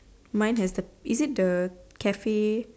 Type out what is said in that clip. mine has the is it the cafe